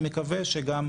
אני מקווה שהוא גם,